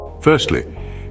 Firstly